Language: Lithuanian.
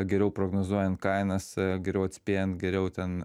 geriau prognozuojant kainas geriau atspėjant geriau ten